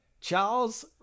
Charles